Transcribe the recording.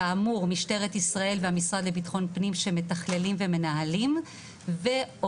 כאמור משטרת ישראל והמשרד לביטחון פנים שמתכללים ומנהלים ועובדות